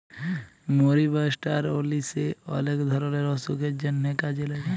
মরি বা ষ্টার অলিশে অলেক ধরলের অসুখের জন্হে কাজে লাগে